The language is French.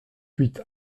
huit